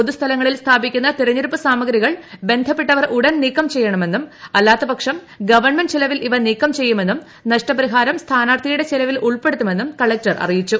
പൊതു സ്ഥലങ്ങളിൽ സ്ഥാപിക്കുന്ന തെരഞ്ഞെടുപ്പ് സാമഗ്രികൾ ബന്ധപ്പെട്ടവർ ഉടൻ നീക്കം ചെയ്യണമെന്നും അല്ലാത്തപക്ഷം ഗവൺമെന്റ് ചിലവിൽ ഇവ നീക്കം ചെയ്യുമെന്നും നഷ്ടപരിഹാരം സ്ഥാനാർഥിയുടെ ചെലവിൽ ഉൾപ്പെടുത്തുമെന്നും അദ്ദേഹം പറഞ്ഞു